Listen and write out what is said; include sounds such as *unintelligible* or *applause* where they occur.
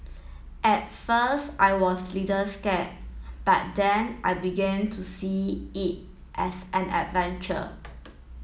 at first I was little scared but then I began to see *unintelligible* it as an adventure